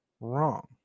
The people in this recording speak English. wrong